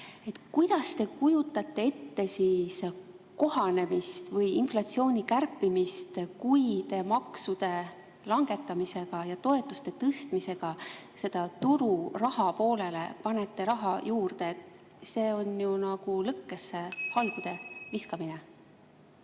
Kuidas te kujutate ette siis kohanemist või inflatsiooni kärpimist, kui te maksude langetamisega ja toetuste tõstmisega turupoolele panete raha juurde? See on ju nagu lõkkesse halgude viskamine.